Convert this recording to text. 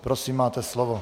Prosím, máte slovo.